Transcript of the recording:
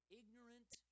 ignorant